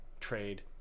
trade